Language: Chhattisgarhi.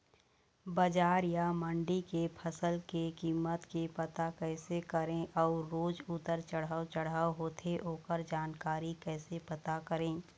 बजार या मंडी के फसल के कीमत के पता कैसे करें अऊ रोज उतर चढ़व चढ़व होथे ओकर जानकारी कैसे पता करें?